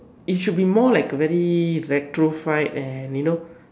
it should be more like a very retrofied and you know